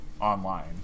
online